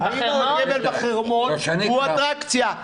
האם הרכבל בחרמון הוא אטרקציה?